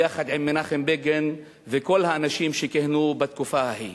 יחד עם מנחם בגין וכל האנשים שכיהנו בתקופה ההיא.